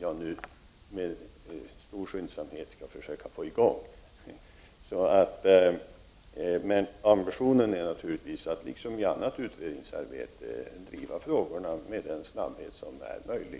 jag nu med stor skyndsamhet skall försöka få i gång. Ambitionen är naturligtvis att, liksom vid annat utredningsarbete, driva frågorna med den snabbhet som är möjlig.